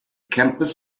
campus